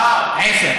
עשר.